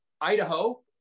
Idaho